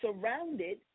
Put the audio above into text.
surrounded